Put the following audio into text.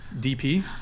DP